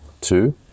two